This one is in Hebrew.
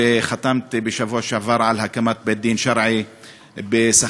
וחתמת בשבוע שעבר על הקמת בית-דין שרעי בסח'נין.